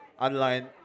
online